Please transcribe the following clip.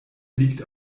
liegt